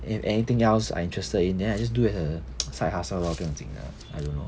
if anything else I interested in then I just do it as a side hustle lor 不用经的 I don't know